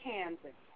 Kansas